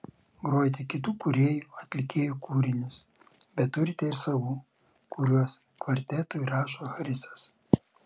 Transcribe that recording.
grojate kitų kūrėjų atlikėjų kūrinius bet turite ir savų kuriuos kvartetui rašo chrisas